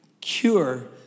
cure